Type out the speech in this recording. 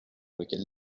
lequel